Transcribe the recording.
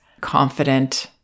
confident